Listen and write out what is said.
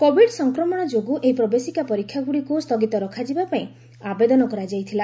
Covid ସଂକ୍ରମଣ ଯୋଗୁଁ ଏହି ପ୍ରବେଶିକା ପରୀକ୍ଷାଗୁଡ଼ିକୁ ସ୍ଥଗିତ ରଖାଯିବା ପାଇଁ ଆବେଦନ କରାଯାଇଥିଲା